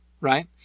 right